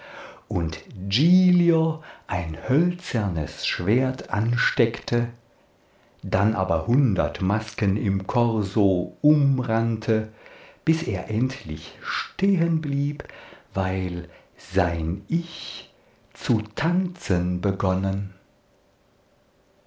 und giglio ein hölzernes schwert ansteckte dann aber hundert masken im korso umrannte bis er endlich stehenblieb weil sein ich zu tanzen begonnen